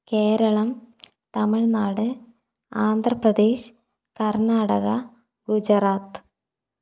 Keralam Tamil Nadu Andhra Pradesh Karnataka Gujarat